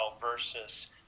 versus